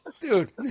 Dude